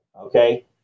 Okay